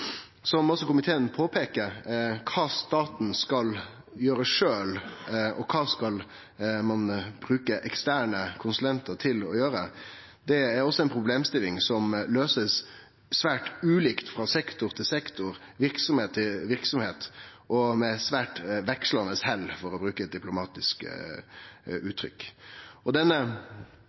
også påpeiker, er kva staten skal gjere sjølv, og kva ein skal bruke eksterne konsulentar til å gjere. Dette er også ei problemstilling som vert løyst svært ulikt frå sektor til sektor, frå verksemd til verksemd, og med svært vekslande hell, for å bruke eit diplomatisk uttrykk. Denne kalibreringa som skal vere mellom stat og